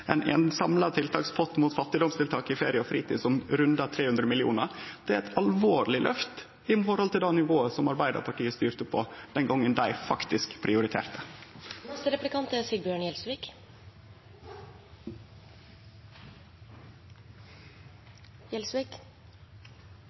ein samla pott med fattigdomstiltak for ferie og fritid som rundar 300 mill. kr. Det er eit alvorleg løft i forhold til det nivået som Arbeidarpartiet styrte på den gongen dei faktisk